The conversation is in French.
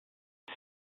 ils